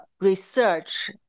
research